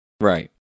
right